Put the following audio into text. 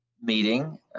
meeting